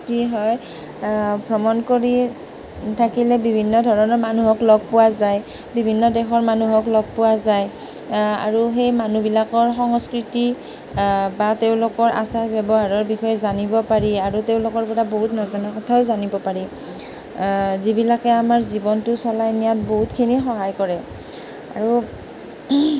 কি হয় ভ্ৰমণ কৰি থাকিলে বিভিন্ন ধৰণৰ মানুহক লগ পোৱা যায় বিভিন্ন দেশৰ মানুহক লগ পোৱা যায় আৰু হেই মানুহবিলাকৰ সংস্কৃতি বা তেওঁলোকৰ আচাৰ ব্যৱহাৰৰ বিষয়ে জানিব পাৰি আৰু তেওঁলোকৰ পৰা বহুত নজনা কথাও জানিব পাৰি যিবিলাকে আমাৰ জীৱনটো চলাই নিয়াত বহুতখিনি সহায় কৰে আৰু